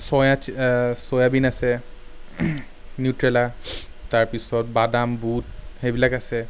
soya soybean আছে Nutrela তাৰপিচত বাদাম বুট সেইবিলাক আছে